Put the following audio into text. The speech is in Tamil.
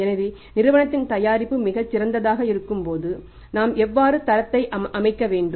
எனவே நிறுவனத்தின் தயாரிப்பு மிகச் சிறந்ததாக இருக்கும்போது நாம் எவ்வாறு தரத்தை அமைக்க வேண்டும்